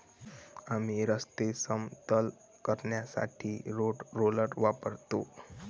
आम्ही रस्ते समतल करण्यासाठी रोड रोलर वापरतो